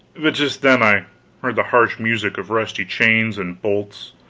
but just then i heard the harsh music of rusty chains and bolts,